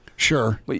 Sure